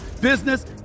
business